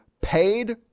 paid